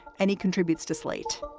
and he contributes to slate.